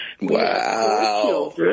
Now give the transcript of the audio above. Wow